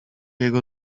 jego